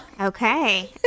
Okay